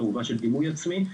במובן של דימוי עצמי.